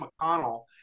McConnell